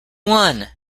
won